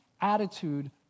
attitude